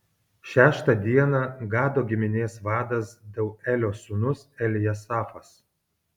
šeštą dieną gado giminės vadas deuelio sūnus eljasafas